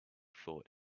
thought